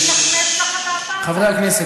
חברי הכנסת,